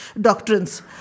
doctrines